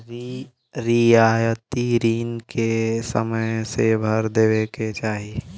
रियायती रिन के समय से भर देवे के चाही